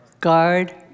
guard